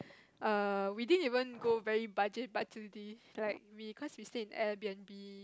err we didn't even go very budget budget ~dy like we cause we stay in airB_N_B